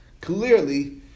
clearly